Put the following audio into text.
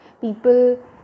people